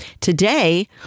Today